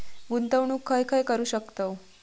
गुंतवणूक खय खय करू शकतव?